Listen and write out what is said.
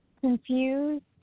Confused